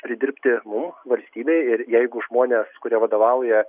turi dirbti mum valstybei ir jeigu žmonės kurie vadovauja